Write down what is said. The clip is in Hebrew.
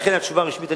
לכן התשובה הרשמית,